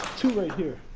two right here.